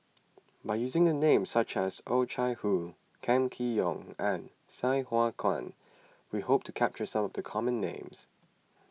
by using names such as Oh Chai Hoo Kam Kee Yong and Sai Hua Kuan we hope to capture some of the common names